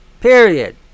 Period